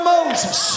Moses